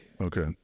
okay